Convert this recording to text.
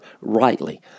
rightly